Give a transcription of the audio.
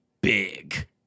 big